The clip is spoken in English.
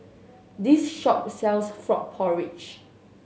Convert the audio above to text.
this shop sells frog porridge